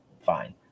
fine